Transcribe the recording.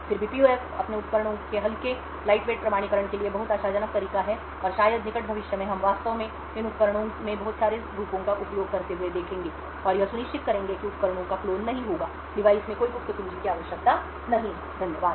फिर भी पीयूएफ अपने उपकरणों के हल्के प्रमाणीकरण के लिए बहुत आशाजनक तरीका है और शायद निकट भविष्य में हम वास्तव में इन उपकरणों में बहुत सारे रूपों का उपयोग करते हुए देखेंगे और यह सुनिश्चित करेंगे कि उपकरणों का क्लोन नहीं होगा डिवाइस में कोई गुप्त कुंजी की आवश्यकता नहीं है धन्यवाद